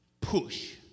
push